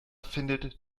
findet